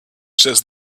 says